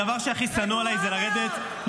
רגועה מאוד.